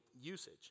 usage